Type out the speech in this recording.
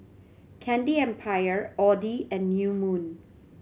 Candy Empire Audi and New Moon